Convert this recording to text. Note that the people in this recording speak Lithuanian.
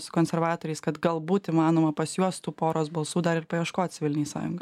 su konservatoriais kad galbūt įmanoma pas juos tų poros balsų dar ir paieškot civilinei sąjungai